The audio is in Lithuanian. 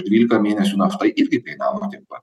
dvylika mėnesių nafta irgi kainavo tiek pat